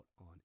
on